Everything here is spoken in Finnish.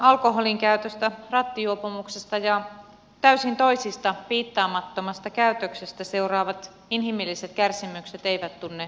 holtittomasta alkoholinkäytöstä rattijuopumuksesta ja täysin toisista piittaamattomasta käytöksestä seuraavat inhimilliset kärsimykset eivät tunne hintalappua